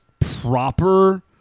proper